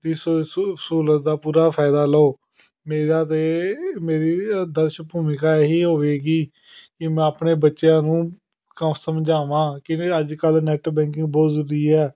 ਸਹੂਲਤ ਦਾ ਪੂਰਾ ਫਾਇਦਾ ਲਓ ਮੇਰਾ ਅਤੇ ਮੇਰੀ ਆਦਰਸ਼ ਭੂਮਿਕਾ ਇਹੀ ਹੋਵੇਗੀ ਕਿ ਮੈਂ ਆਪਣੇ ਬੱਚਿਆਂ ਨੂੰ ਸਮਝਾਵਾਂ ਕਿਵੇਂ ਅੱਜ ਕੱਲ ਨੈੱਟ ਬੈਂਕਿੰਗ ਬਹੁਤ ਜ਼ਰੂਰੀ ਹੈ